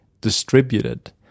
distributed